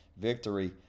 victory